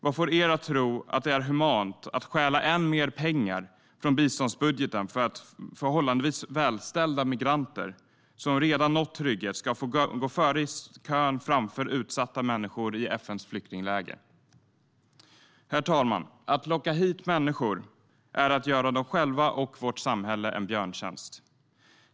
Vad får er att tro att det är humant att stjäla än mer pengar från biståndsbudgeten för att förhållandevis välställda migranter som redan nått trygghet ska få gå före i kön framför utsatta människor i FN:s flyktingläger? Herr talman! Att locka hit människor är att göra dem själva och vårt samhälle en björntjänst.